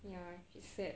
ya it's sad